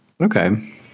okay